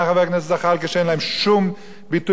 שאין להם שום ביטוי בשידור הציבורי,